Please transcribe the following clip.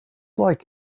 like